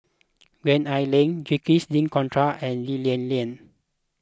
Gwee Ah Leng Jacques De Coutre and Lee Lian Lian